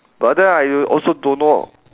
but then I a~ also don't know